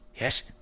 Yes